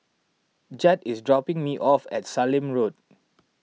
Jett is dropping me off at Sallim Road